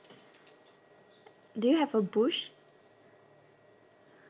do you have a bush